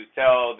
tell